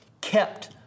kept